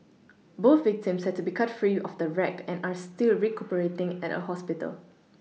both victims had to be cut free of the wreck and are still recuperating at a hospital